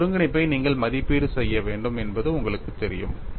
இந்த ஒருங்கிணைப்பை நீங்கள் மதிப்பீடு செய்ய வேண்டும் என்பது உங்களுக்குத் தெரியும்